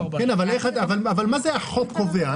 אבל מה זה החוק קובע?